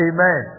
Amen